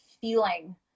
feeling